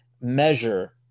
measure